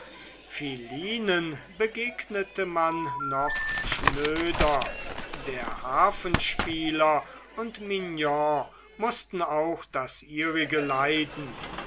philinen begegnete man noch schnöder der harfenspieler und mignon mußten auch das ihrige leiden